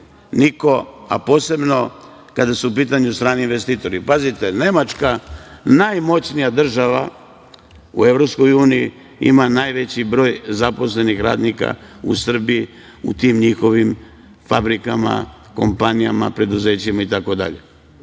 niko a posebno kada su u pitanju strani investitori. Pazite, Nemačka, najmoćnija država u EU, ima najveći broj zaposlenih radnika u Srbiji u tim njihovim fabrikama, kompanijama, preduzećima itd.